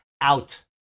out